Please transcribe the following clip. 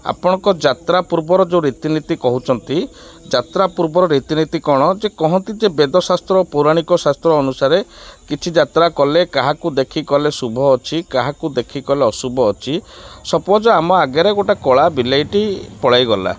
ଆପଣଙ୍କ ଯାତ୍ରା ପୂର୍ବର ଯେଉଁ ରୀତିନୀତି କହୁଛନ୍ତି ଯାତ୍ରା ପୂର୍ବର ରୀତିନୀତି କ'ଣ ଯେ କହନ୍ତି ଯେ ବେଦଶାସ୍ତ୍ର ପୌରାଣିକ ଶାସ୍ତ୍ର ଅନୁସାରରେ କିଛି ଯାତ୍ରା କଲେ କାହାକୁ ଦେଖି କଲେ ଶୁଭ ଅଛି କାହାକୁ ଦେଖି କଲେ ଅଶୁଭ ଅଛି ସପୋଜ୍ ଆମ ଆଗରେ ଗୋଟେ କଳା ବିଲେଇଟି ପଳାଇଗଲା